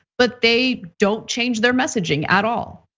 but they don't change their messaging at all.